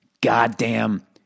goddamn